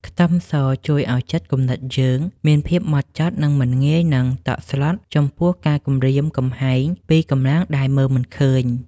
ខ្ទឹមសជួយឱ្យចិត្តគំនិតយើងមានភាពហ្មត់ចត់និងមិនងាយនឹងតក់ស្លុតចំពោះការគំរាមកំហែងពីកម្លាំងដែលមើលមិនឃើញ។